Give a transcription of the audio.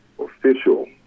Official